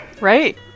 Right